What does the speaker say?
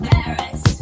Paris